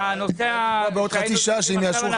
--- אני עושה הפסקה בוועדה.